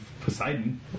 Poseidon